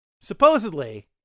supposedly